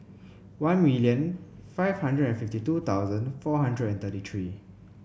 one million five hundred and fifty two thousand four hundred and thirty three